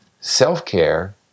self-care